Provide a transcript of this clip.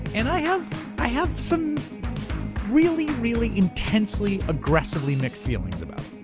and i have i have some really, really intensely, aggressively mixed feelings about